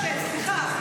לא להתבלבל, סליחה,